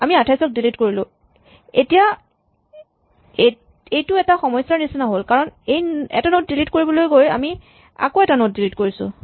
আমি ২৮ ক ডিলিট কৰিলোঁ এইটো এতিয়া এটা সমস্যাৰ নিচিনা হ'ল কাৰণ এটা নড ডিলিট কৰিবলৈ গৈ আমি আকৌ এটা নড ডিলিট কৰিছোঁ